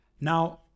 Now